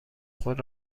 خود